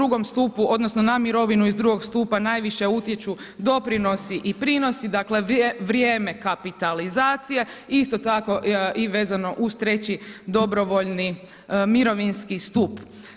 U II stupu odnosno na mirovinu iz II stupa najviše utječu doprinosi i prinosi, dakle vrijeme kapitalizacije, isto tako i vezano uz treći dobrovoljni mirovinski stup.